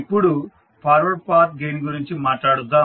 ఇప్పుడు forward path gain గురించి మాట్లాడుదాం